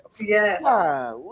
Yes